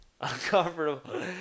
Uncomfortable